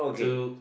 to